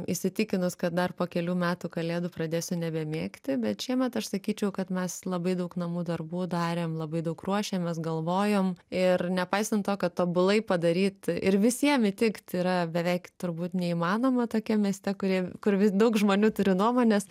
įsitikinus kad dar po kelių metų kalėdų pradėsiu nebemėgti bet šiemet aš sakyčiau kad mes labai daug namų darbų darėm labai daug ruošiamės galvojom ir nepaisant to kad tobulai padaryt ir visiem įtikt yra beveik turbūt neįmanoma tokiam mieste kurie kur vis daug žmonių turi nuomones